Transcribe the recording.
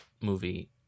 movie